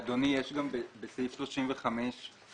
אדוני, בסעיף 35,